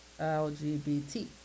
LGBT